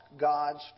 God's